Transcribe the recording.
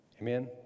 Amen